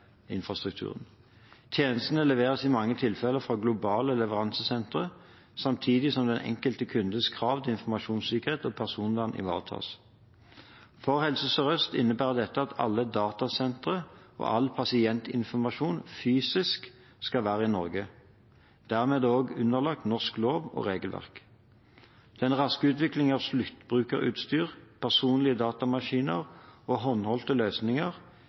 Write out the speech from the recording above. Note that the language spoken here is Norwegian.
Tjenestene leveres i mange tilfeller fra globale leveransesentre, samtidig som den enkelte kundes krav til informasjonssikkerhet og personvern ivaretas. For Helse Sør-Øst innebærer dette at alle datasentre og all pasientinformasjon fysisk skal være i Norge. Dermed er de også underlagt norsk lov og regelverk. Den raske utviklingen av sluttbrukerutstyr, personlige datamaskiner og håndholdte løsninger